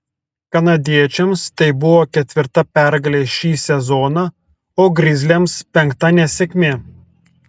kanadiečiams tai buvo ketvirta pergalė šį sezoną o grizliams penkta nesėkmė